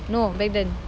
no back then